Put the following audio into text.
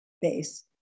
base